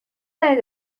دانید